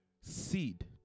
seed